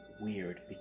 weird